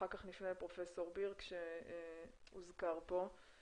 אחר כך נפנה לפרופ' בירק שהוזכר פה.